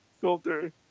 filter